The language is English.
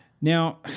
Now